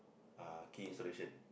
ah key installation